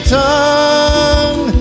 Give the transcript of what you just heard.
tongue